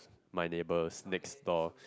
my neighbours next door